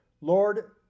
Lord